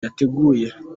yateguye